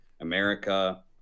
America